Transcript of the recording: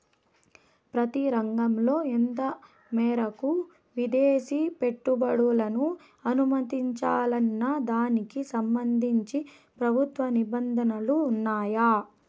ప్రతి రంగంలో ఎంత మేరకు విదేశీ పెట్టుబడులను అనుమతించాలన్న దానికి సంబంధించి ప్రభుత్వ నిబంధనలు ఉన్నాయా?